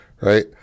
right